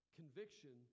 conviction